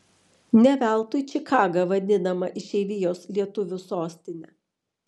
ne veltui čikaga vadinama išeivijos lietuvių sostine